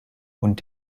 und